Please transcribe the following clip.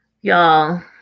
y'all